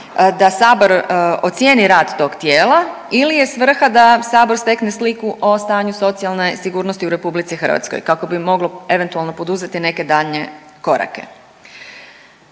da sabor ocijeni rad tog tijela ili je svrha da sabor stekne sliku o stanju socijalne sigurnosti u RH kako bi moglo eventualno poduzeti neke daljnje korake.